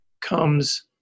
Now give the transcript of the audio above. comes